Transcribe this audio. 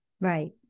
Right